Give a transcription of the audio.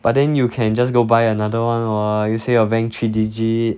but then you can just go buy another one lor you say your bank three digit